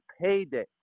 payday